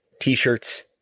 t-shirts